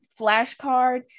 flashcard